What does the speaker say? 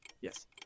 Yes